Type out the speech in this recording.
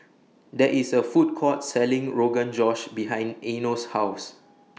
There IS A Food Court Selling Rogan Josh behind Eino's House